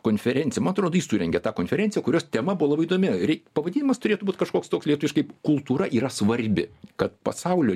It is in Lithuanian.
konferenciją man atrodo jis surengė tą konferenciją kurios tema buvo labai įdomi rei pavadinimas turėtų būt kažkoks toks lietuviškai kultūra yra svarbi kad pasaulio